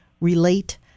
relate